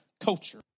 culture